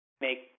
make